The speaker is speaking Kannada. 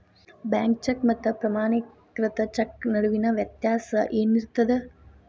ಬ್ಯಾಂಕ್ ಚೆಕ್ ಮತ್ತ ಪ್ರಮಾಣೇಕೃತ ಚೆಕ್ ನಡುವಿನ್ ವ್ಯತ್ಯಾಸ ಏನಿರ್ತದ?